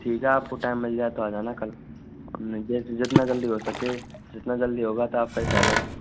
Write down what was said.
ठीक है आपको टाइम मिल जाए तो आ जाना कल नई जैसे जितना जल्दी हो सके जितना जल्दी होगा तो आपका ही फ़ायदा है